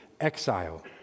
exile